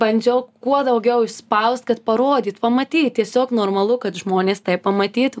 bandžiau kuo daugiau išspaust kad parodyt pamatyt tiesiog normalu kad žmonės tai pamatytų